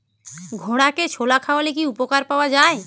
ঘোড়াকে ছোলা খাওয়ালে কি উপকার পাওয়া যায়?